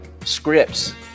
scripts